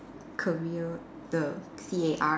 career the C A R